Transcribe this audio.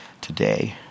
today